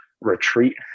retreat